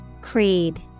Creed